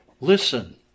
listen